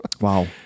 Wow